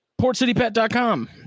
Portcitypet.com